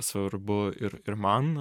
svarbu ir ir man